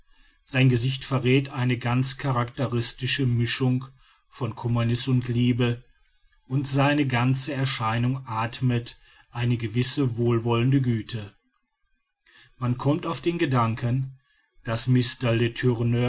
sein gesicht verräth eine ganz charakteristische mischung von kümmerniß und liebe und seine ganze erscheinung athmet eine gewisse wohlwollende güte man kommt auf den gedanken daß